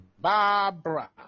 Barbara